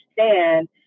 understand